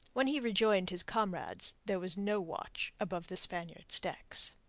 when he rejoined his comrades there was no watch above the spaniards' decks.